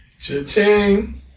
cha-ching